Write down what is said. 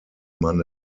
man